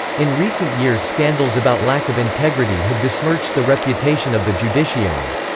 in recent years scandals about lack of integrity have besmirched the reputation of the judiciary.